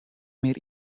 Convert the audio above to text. mear